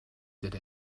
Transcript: did